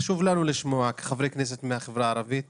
החשיבה האסטרטגית